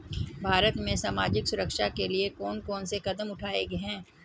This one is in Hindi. भारत में सामाजिक सुरक्षा के लिए कौन कौन से कदम उठाये हैं?